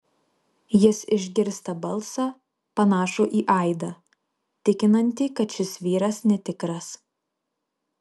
jis išgirsta balsą panašų į aidą tikinantį kad šis vyras netikras